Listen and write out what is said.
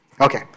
Okay